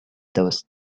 those